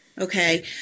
okay